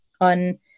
on